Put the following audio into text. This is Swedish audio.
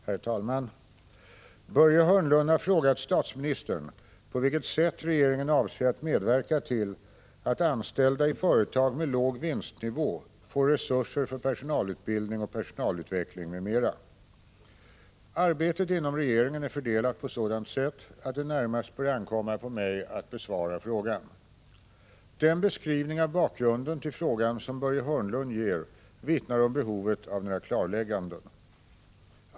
Herr talman! Börje Hörnlund har frågat statsministern på vilket sätt regeringen avser att medverka till att anställda i företag med låg vinstnivå får resurser för personalutbildning och personalutveckling m.m. Arbetet inom regeringen är fördelat på sådant sätt att det närmast bör ankomma på mig att besvara frågan. Den beskrivning av bakgrunden till frågan som Börje Hörnlund ger vittnar om behovet av några klarlägganden.